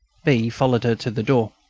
b. followed her to the door.